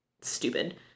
stupid